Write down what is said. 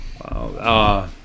Wow